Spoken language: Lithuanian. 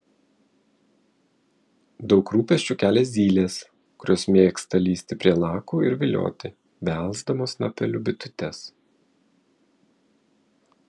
daug rūpesčių kelia zylės kurios mėgsta lįsti prie lakų ir vilioti belsdamos snapeliu bitutes